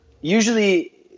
usually